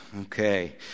Okay